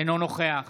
אינו נוכח